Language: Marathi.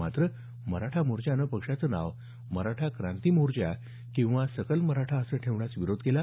मात्र मराठा मोर्चानं पक्षाचं नाव मराठा क्रांती मोर्चा किंवा सकल मराठा असं ठेवण्यास विरोध केला